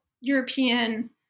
European